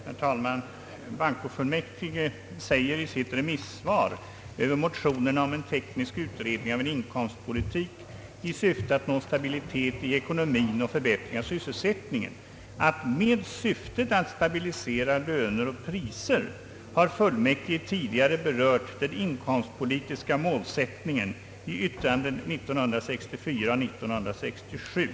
Herr talman! Bankofullmäktige säger 1 sitt remissvar över motionerna om teknisk utredning av en inkomstpolitik i syfte att nå stabilitet i ekonomin och förbättring av sysselsättningen, att med syftet att stabilisera löner och priser har fullmäktige tidigare berört den inkomstpolitiska målsättningen i yttranden 1964—1967.